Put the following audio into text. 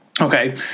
Okay